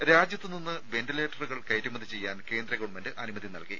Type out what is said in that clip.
രെട രാജ്യത്തുനിന്ന് വെന്റിലേറ്ററുകൾ കയറ്റുമതി ചെയ്യാൻ കേന്ദ്ര ഗവൺമെന്റ് അനുമതി നൽകി